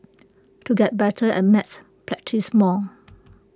to get better at maths practise more